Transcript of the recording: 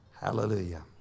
Hallelujah